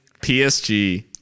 psg